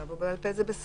בכתב או בעל פה זה בסדר.